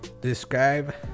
Describe